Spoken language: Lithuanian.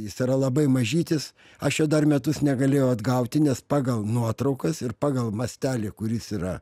jis yra labai mažytis aš jo dar metus negalėjau atgauti nes pagal nuotraukas ir pagal mastelį kuris yra